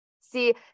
See